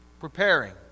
preparing